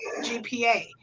GPA